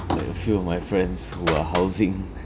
like a few of my friends who are housing